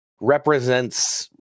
represents